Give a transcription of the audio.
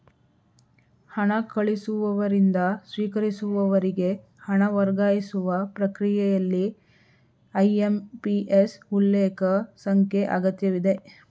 ಹಣ ಕಳಿಸುವವರಿಂದ ಸ್ವೀಕರಿಸುವವರಿಗೆ ಹಣ ವರ್ಗಾಯಿಸುವ ಪ್ರಕ್ರಿಯೆಯಲ್ಲಿ ಐ.ಎಂ.ಪಿ.ಎಸ್ ಉಲ್ಲೇಖ ಸಂಖ್ಯೆ ಅಗತ್ಯವಿದೆ